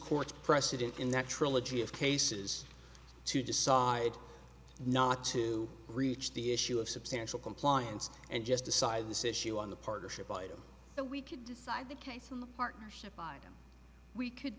court's precedent in that trilogy of cases to decide not to reach the issue of substantial compliance and just decide this issue on the partnership item so we could decide the case in partnership we could